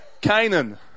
Canaan